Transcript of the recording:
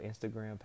Instagram